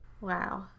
Wow